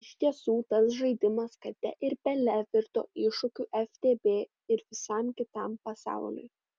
iš tiesų tas žaidimas kate ir pele virto iššūkiu ftb ir visam kitam pasauliui